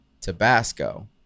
Tabasco